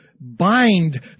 bind